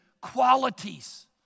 qualities